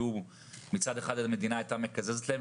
מצד אחד המדינה הייתה מקזזת להם,